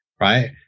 right